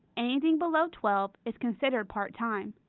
anything below twelve is considered part time.